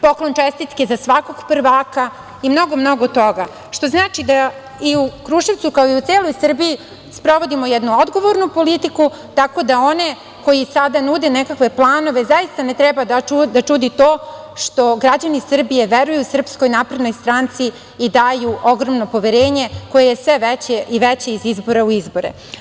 Poklon čestitke za svakog prvaka i mnogo, mnogo toga, što znači da i u Kruševcu, kao i u celoj Srbiji sprovodimo jednu odgovornu politiku, tako da one koji sada nude nekakve planove zaista ne treba da čudi to što građani Srbije veruju SNS i daju ogromno poverenje koje je sve veće i veće iz izbora u izbore.